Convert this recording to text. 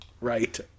right